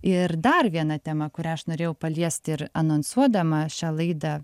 ir dar viena tema kurią aš norėjau paliesti ir anonsuodama šią laidą